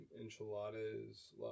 enchiladas